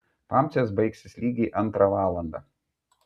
pamcės baigsis lygiai antrą valandą